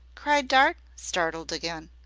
cried dart, startled again.